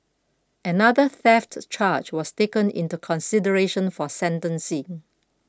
another theft charge was taken into consideration for sentencing